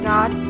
God